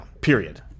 period